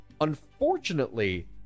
Unfortunately